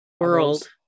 world